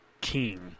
King